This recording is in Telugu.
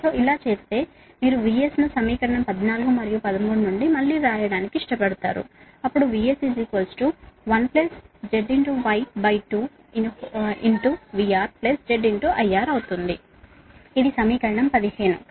మీరు అలా చేస్తే మీరు VS ను సమీకరణం 14 మరియు 13 నుండి మళ్ళీ వ్రాయడానికి ఇష్టపడతారు VS1ZY2VRZIR ఇది సమీకరణం 15